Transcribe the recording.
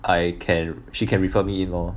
I can she can refer me lor